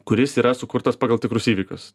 kuris yra sukurtas pagal tikrus įvykius